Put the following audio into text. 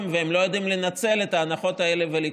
והם לא יודעים לנצל את ההנחות האלה ולקנות.